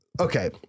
okay